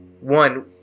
one